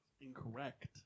Incorrect